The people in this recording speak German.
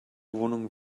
wohnung